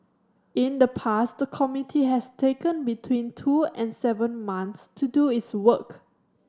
in the past the committee has taken between two and seven months to do its work